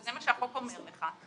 וזה מה שהחוק אומר לך.